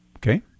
Okay